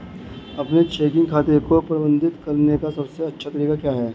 अपने चेकिंग खाते को प्रबंधित करने का सबसे अच्छा तरीका क्या है?